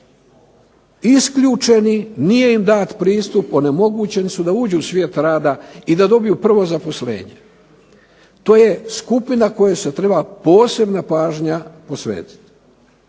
isključeni, nije im dat pristup, onemogućeni su da uđu u svijet rada i da dobiju prvo zaposlenje. To je skupina kojoj se treba posebna pažnja posvetiti.